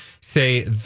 say